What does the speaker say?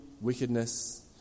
wickedness